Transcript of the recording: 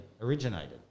originated